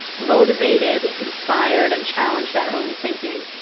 motivated, inspired, and challenged our own thinking,